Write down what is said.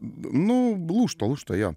nu blūšta lūžta jo